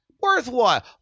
worthwhile